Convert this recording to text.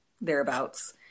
thereabouts